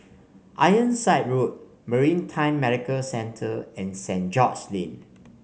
Ironside Road Maritime Medical Centre and Saint George's Lane